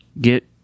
get